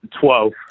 Twelve